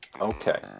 Okay